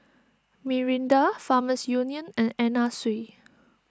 Mirinda Farmers Union and Anna Sui